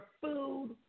food